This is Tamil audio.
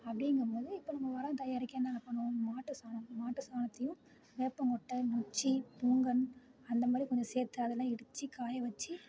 அப்படிங்கம்போது இப்போ நம்ம உரம் தயாரிக்க என்னென்ன பண்ணுவோம் மாட்டுச்சாணம் மாட்டுச்சாணத்தையும் வேப்பங்கொட்டை நொச்சி புங்கன் அந்தமாதிரி கொஞ்சம் சேர்த்து அதெல்லாம் இடிச்சு காய வச்சி